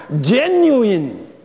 genuine